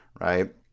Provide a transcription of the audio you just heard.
right